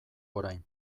orain